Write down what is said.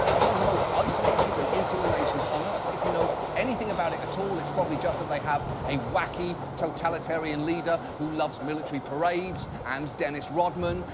it's one of the most isolated and insular nations on earth. if you know anything about it at all, it's probably just that they have a wacky totalitarian leader who loves military parades and dennis rodman,